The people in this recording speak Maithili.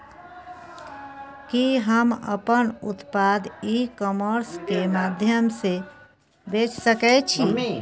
कि हम अपन उत्पाद ई कॉमर्स के माध्यम से बेच सकै छी?